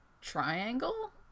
triangle